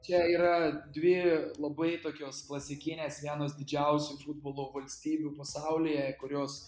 čia yra dvi labai tokios klasikinės vienos didžiausių futbolo valstybių pasaulyje kurios